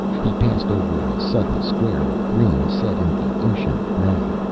he passed over a sudden square of green set in the ocean of gray.